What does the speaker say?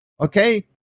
okay